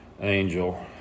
angel